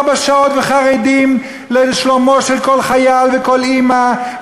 שעות וחרדים לשלומם של כל חייל וכל אימא,